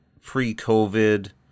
pre-COVID